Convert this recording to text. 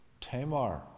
Tamar